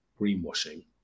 greenwashing